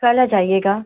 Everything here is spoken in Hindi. कल आ जाइएगा